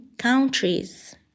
Countries